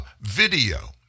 video